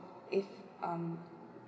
if um